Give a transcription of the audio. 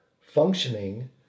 functioning